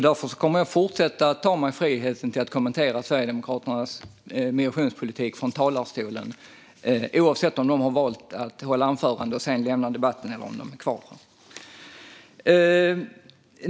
Därför kommer jag att fortsätta att ta mig friheten att kommentera Sverigedemokraternas migrationspolitik från talarstolen, oavsett om de efter att ha hållit sitt anförande sedan valt att lämna debatten eller att vara kvar.